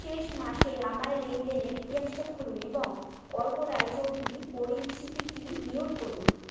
শেষ মাসের আমার লেনদেনের ইতিহাসটা খুলুন এবং অর্ক রায়চৌধুরী পরিচিতিটি মিউট করুন